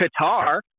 Qatar